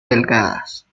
delgadas